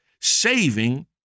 Saving